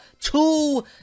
two